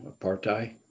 apartheid